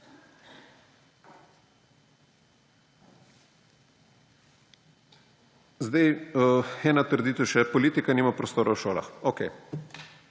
Ena trditev še. Politika nima prostora v šolah. Okej.